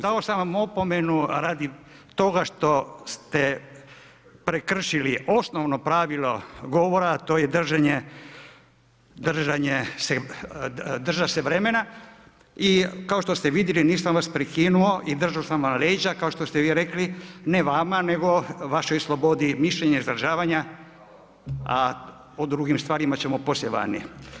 Dao sam vam opomenu radi toga što ste prekršili osnovno pravilo govora, to je držat se vremena, kao što ste vidjeli nisam vas prekinuo i držao sam vam leđa, kao što ste v i rekli, ne vama, nego vašoj slobodi mišljenja, izražavanja, a o drugim stvarima ćemo poslije vani.